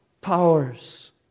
powers